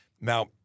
Now